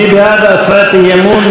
מי בעד הצעת האי-אמון?